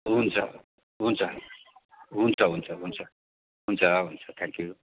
हुन्छ हुन्छ हुन्छ हुन्छ हुन्छ हुन्छ हुन्छ हुन्छ थ्याङ्क्यु